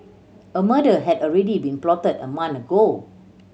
a murder had already been plotted a month ago